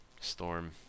Storm